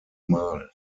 mal